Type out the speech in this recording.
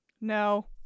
No